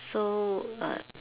so uh